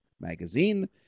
Magazine